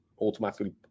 automatically